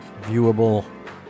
viewable